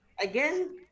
again